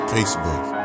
Facebook